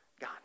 God